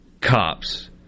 cops